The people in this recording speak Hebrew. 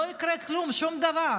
לא יקרה כלום, שום דבר.